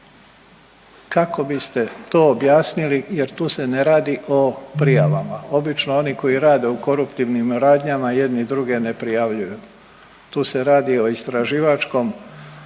kako biste to objasnili jer tu se ne radi o prijavama? Obično oni koji rade u koruptivnim radnjama jedni druge ne prijavljuju, tu se radi o istraživačkom